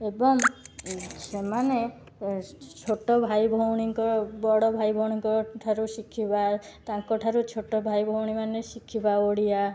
ଏବଂ ସେମାନେ ଛୋଟ ଭାଇଭଉଣୀଙ୍କ ବଡ଼ ଭାଇଭଉଣୀଙ୍କ ଠାରୁ ଶିଖିବା ତାଙ୍କ ଠାରୁ ଛୋଟ ଭାଇଭଉଣୀ ମାନେ ଶିଖିବା ଓଡ଼ିଆ